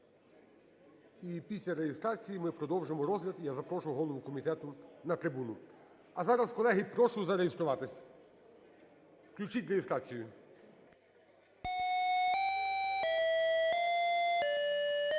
І після реєстрації ми продовжимо розгляд, я запрошу голову комітету на трибуну. А зараз, колеги, прошу зареєструватися. Включіть реєстрацію. 16:02:23 Зареєстровано